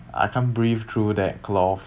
I can't breathe through that cloth